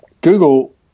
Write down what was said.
google